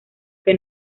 que